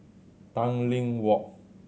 Tanglin Walk